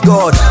God